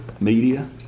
media